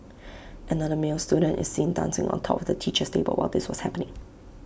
another male student is seen dancing on top of the teacher's table while this was happening